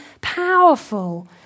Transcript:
powerful